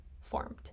formed